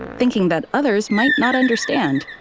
thinking that others might not understand,